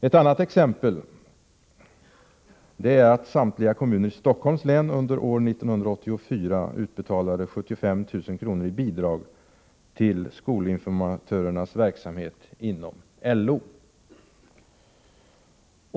Ett annat exempel är att samtliga kommuner i Stockholms län under år 1984 utbetalade 75 000 kr. i bidrag till skolinformatörernas verksamhet inom LO.